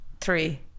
three